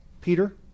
Peter